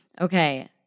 Okay